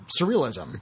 surrealism